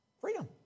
freedom